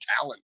talent